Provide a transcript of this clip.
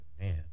Man